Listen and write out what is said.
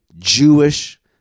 Jewish